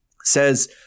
says